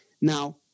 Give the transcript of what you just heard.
Now